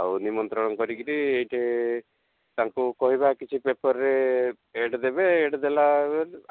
ଆଉ ନିମନ୍ତ୍ରଣ କରିକିରି ଏଇଠି ତାଙ୍କୁ କହିବା କିଛି ପେପରରେ ଏଡ଼୍ ଦେବେ ଏଡ଼୍ ଦେଲା